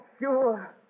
sure